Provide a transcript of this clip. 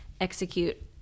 execute